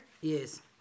Yes